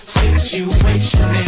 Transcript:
situation